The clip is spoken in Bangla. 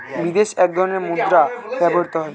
বিদেশে এক ধরনের মুদ্রা ব্যবহৃত হয়